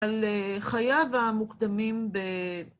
על חייו המוקדמים ב..